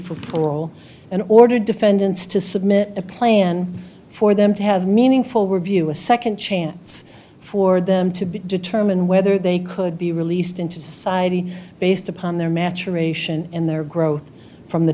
for people in order defendants to submit a plan for them to have meaningful review a second chance for them to be determined whether they could be released into society based upon their maturation in their growth from the